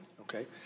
Okay